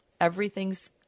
Everything's